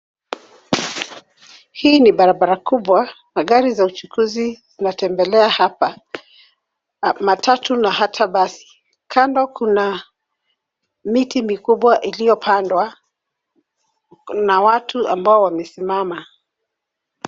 Hii ni barabara kubwa na magari za uchukuzi zinatembelea hapa, matatu na hata basi. Kando kuna miti mikubwa iliyopandwa na watu ambao wamesimama.